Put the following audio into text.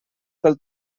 pel